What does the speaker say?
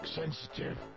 sensitive